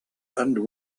and